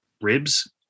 ribs